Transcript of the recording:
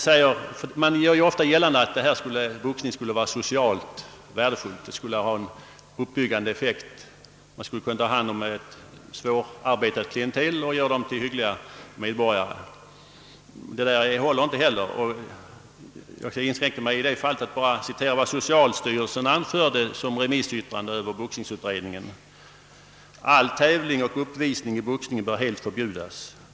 Det görs ofta gällande att boxningen skulle vara socialt värdefull och ha en uppbyggande effekt genom att ta hand om ett svårarbetat klientel och göra dessa pojkar till hyggliga medlemmar av samhället. Inte heller det argumentet håller. Jag skall i detta fall inskränka mig till att citera vad socialstyrelsen anförde i sitt remissyttrande över boxningsutredningen: »All tävling och uppvisning i boxning bör helt förbjudas.